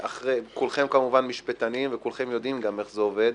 כולכם משפטנים וכולכם יודעים איך זה עובד,